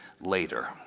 later